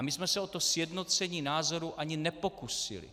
My jsme se o to sjednocení názorů ani nepokusili.